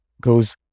goes